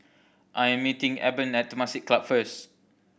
I am meeting Eben at Temasek Club first